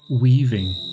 weaving